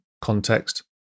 context